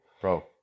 Bro